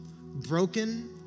broken